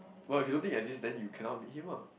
what if you think exists then you cannot be him lah